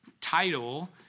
title